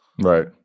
right